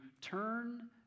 turn